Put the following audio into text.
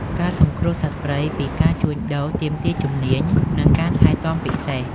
ការសង្គ្រោះសត្វព្រៃពីការជួញដូរទាមទារជំនាញ និងការថែទាំពិសេស។